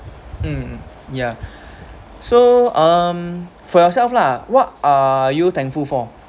mm ya so um for yourself lah what are you thankful for